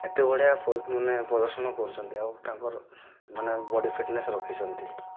ଏତେ ବଢ଼ିଆ ଫୋର୍ ମାନେ ପ୍ରଦର୍ଶନ କରୁଛନ୍ତି ଆଉ ତାଙ୍କର ମାନେ ବଡ଼ି ଫିଟ୍ନେସ୍ ରଖିଛନ୍ତି